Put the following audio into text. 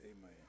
Amen